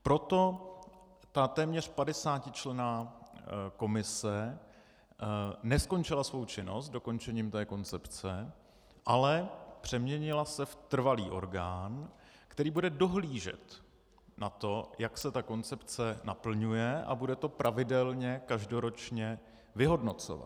Proto ta téměř padesátičlenná komise neskončila svou činnost dokončením koncepce, ale přeměnila se v trvalý orgán, který bude dohlížet na to, jak se ta koncepce naplňuje, a bude to pravidelně každoročně vyhodnocovat.